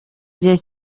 gihe